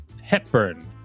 Hepburn